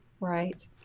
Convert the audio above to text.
Right